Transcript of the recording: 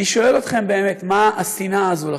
אני שואל אתכם באמת, מה השנאה הזו לכם?